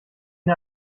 der